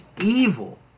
evil